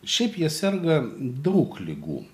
šiaip jie serga daug ligų